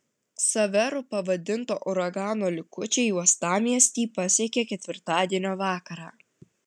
ksaveru pavadinto uragano likučiai uostamiestį pasiekė ketvirtadienio vakarą